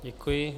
Děkuji.